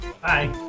Bye